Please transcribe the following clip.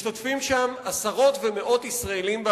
משתתפים שם עשרות ומאות ישראלים,